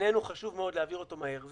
ובעינינו חשוב מאוד להעביר אותו מהר.